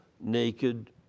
naked